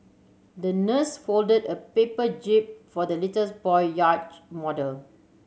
the nurse folded a paper jib for the little boy yacht model